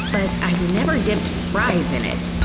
but i've never dipped fries in it.